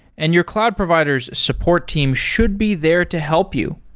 and your cloud provider s support team should be there to help you.